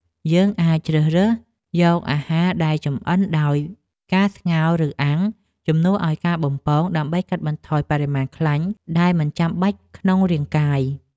យើងអាចជ្រើសរើសយកអាហារដែលចម្អិនដោយការស្ងោរឬអាំងជំនួសឲ្យការបំពងដើម្បីកាត់បន្ថយបរិមាណខ្លាញ់ដែលមិនចាំបាច់ក្នុងរាងកាយ។